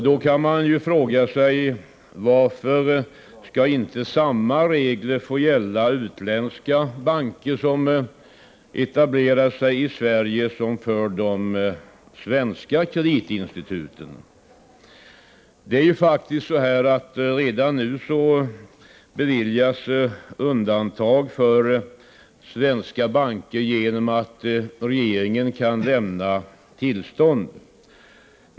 Då kan man fråga sig: Varför skall inte samma regler få gälla för utländska banker som etablerar sig i Sverige som för de svenska kreditinstituten? Redan nu beviljas faktiskt undantag för svenska banker genom att regeringen kan lämna tillstånd.